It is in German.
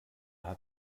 hat